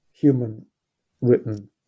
human-written